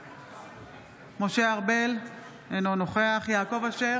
בעד משה ארבל, אינו נוכח יעקב אשר,